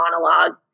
monologue